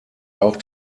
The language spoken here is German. auch